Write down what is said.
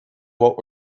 what